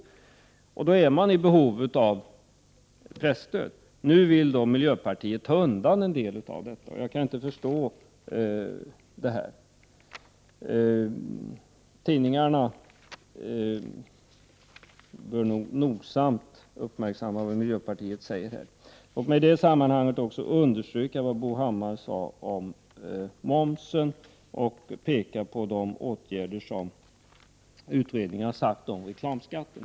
Då är man i behov av presstöd. Nu vill miljöpartiet ta bort en del av detta stöd, vilket jag inte kan förstå. Tidningarna bör nogsamt uppmärksamma vad miljöpartiet säger. I detta sammanhang vill jag också understryka vad Bo Hammar sade om momsen och påpeka vad utredningen har sagt om reklamskatten.